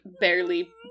barely